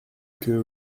que